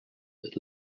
but